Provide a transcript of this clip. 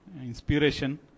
inspiration